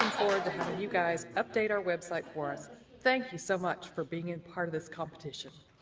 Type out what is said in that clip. you guys update our website for us thank you so much for being in part of this competition